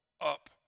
up